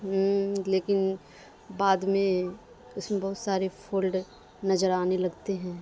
لیکن بعد میں اس میں بہت سارے فولٹ نظر آنے لگتے ہیں